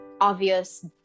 obvious